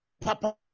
papa